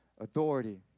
authority